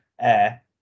air